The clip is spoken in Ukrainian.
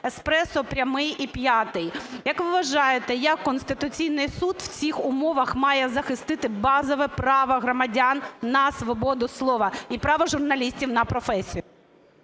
Еспресо, Прямий і П'ятий. Як ви вважаєте як Конституційний Суд в цих умовах має захистити базове право громадян на свободу слова і право журналістів на професію?